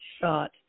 shot